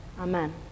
Amen